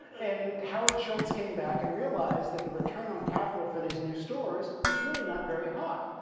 and howard schultz came back and realized that the return on capital for these new stores was really not very high.